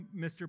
Mr